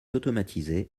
automatisé